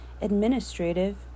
Administrative